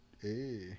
Hey